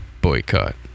boycott